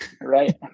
Right